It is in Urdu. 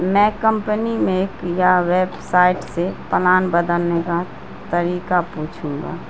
میں کمپنی میں ایک یا ویب سائٹ سے پلان بدلنے کا طریقہ پوچھوں گا